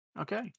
Okay